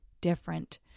different